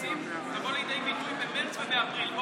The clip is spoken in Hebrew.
המיסים תבוא לידי ביטוי במרץ ובאפריל,